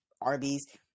arby's